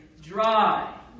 dry